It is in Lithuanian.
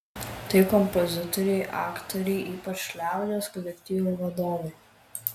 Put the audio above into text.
tai kompozitoriai aktoriai ypač liaudies kolektyvų vadovai